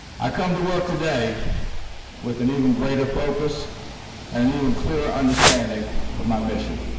i come to work today with an even greater focus and even clearer understanding of my mission.